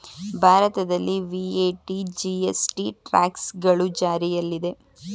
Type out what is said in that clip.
ಭಾರತದಲ್ಲಿ VAT, GST, tax ಗಳು ಜಾರಿಯಲ್ಲಿದೆ